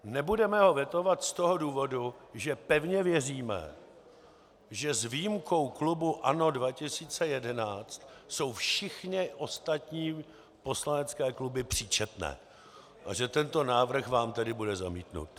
Nebudeme ho vetovat z toho důvodu, že pevně věříme, že s výjimkou klubu ANO 2011 jsou všechny ostatní poslanecké kluby příčetné, a že vám tedy tento návrh bude zamítnut.